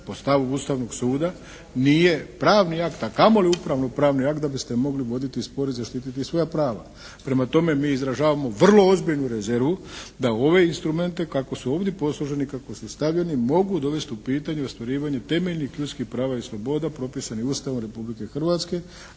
po stavu Ustavnog suda nije pravni akt, a kamoli upravno pravni akt da biste mogli voditi spor i zaštititi svoja prava. Prema tome mi izražavamo vrlo ozbiljnu rezervu da u ove instrumente kako su ovdje posloženi i kako su stavljeni, mogu dovesti u pitanje i ostvarivanje temeljnih ljudskih prava i sloboda propisanih Ustavom Republike Hrvatske